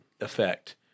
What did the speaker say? effect